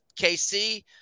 KC